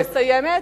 אני כבר מסיימת.